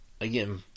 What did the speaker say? Again